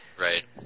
right